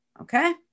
okay